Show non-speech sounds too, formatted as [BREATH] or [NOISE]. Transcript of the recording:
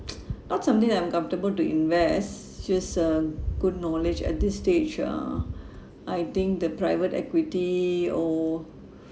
[NOISE] not something that I'm comfortable to invest just uh good knowledge at this stage uh [BREATH] I think the private equity or [BREATH]